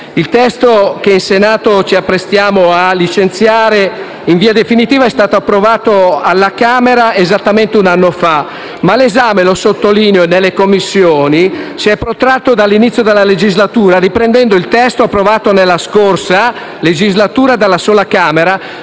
Il testo che in Senato ci apprestiamo a licenziare in via definitiva è stato approvato dalla Camera esattamente un anno fa, ma l'esame - lo sottolineo - nelle Commissioni si è protratto dall'inizio della legislatura, riprendendo il testo approvato nella scorsa legislatura dalla sola Camera,